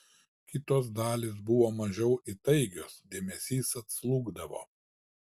kitos dalys buvo mažiau įtaigios dėmesys atslūgdavo